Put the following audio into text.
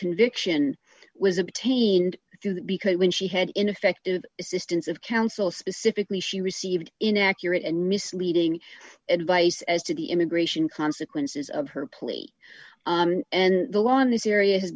conviction was obtained through that because when she had ineffective assistance of counsel specifically she received inaccurate and misleading advice as to the immigration consequences of her plea and the law in this area has